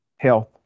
health